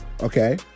Okay